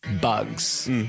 bugs